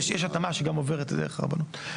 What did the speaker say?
כן, יש התאמה שגם עוברת דרך הרבנות.